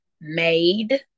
made